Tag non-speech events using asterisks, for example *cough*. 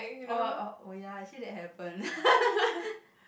oh oh oh ya actually that happened *laughs*